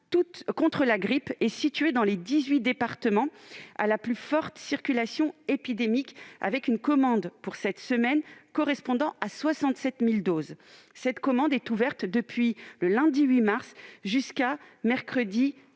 contre la grippe et situées dans les 18 départements à la plus forte circulation épidémique, avec une commande, pour cette semaine, correspondant à 67 000 doses. Cette commande est ouverte depuis lundi 8 mars jusqu'à mercredi,